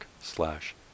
slash